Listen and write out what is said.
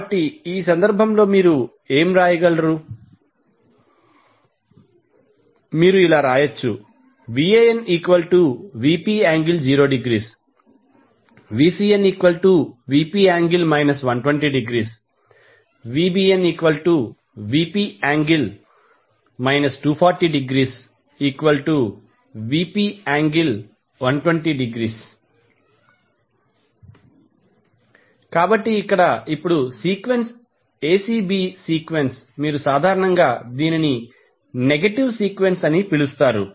కాబట్టి ఆ సందర్భంలో మీరు ఏమి వ్రాయగలరు మీరు ఇలా వ్రాయవచ్చు VanVp∠0° VcnVp∠ 120° VbnVp∠ 240°Vp∠120° కాబట్టి ఇక్కడ ఇప్పుడు సీక్వెన్స్ ఎసిబి సీక్వెన్స్ మీరు సాధారణంగా దీనిని నెగటివ్ సీక్వెన్స్ అని పిలుస్తారు